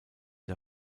der